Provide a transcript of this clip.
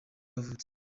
yavutse